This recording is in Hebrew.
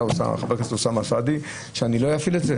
חבר הכנסת אוסאמה סעדי שלא תפעילי את זה?